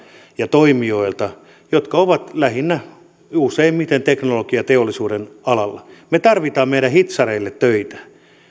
ja toimijoilta jotka ovat useimmiten lähinnä teknologiateollisuuden alalla me tarvitsemme meidän hitsareille töitä me